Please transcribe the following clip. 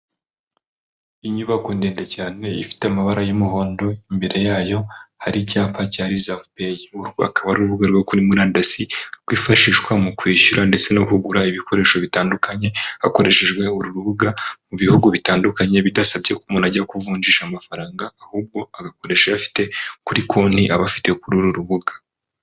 Inyubako ndende cyane ifite amabara y'umuhondo, imbere yayo hari icyapa cya rizavu peyi, uru akaba ari urubu rwo kuri murandasi rwifashishwa mu kwishyura ndetse no kugura ibikoresho bitandukanye hakoreshejwe uru rubuga mu bihugu bitandukanye bidasabye ko umuntu ajya ku kuvunjisha amafaranga ahubwo agakoresha ayo afite kuri konti aba afite kuri uru rubuga.